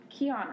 Kiana